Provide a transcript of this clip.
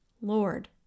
Lord